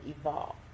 evolve